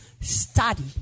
study